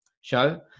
show